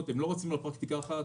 פרקטיקות, הם לא רצים על פרקטיקה אחת.